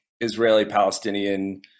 israeli-palestinian